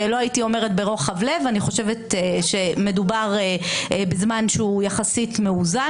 לא הייתי אומרת ברוחב לב אני חושבת שמדובר בזמן שהוא יחסית מאוזן,